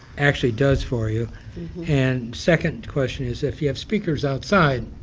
actually does for you and second question is if you have speakers outside,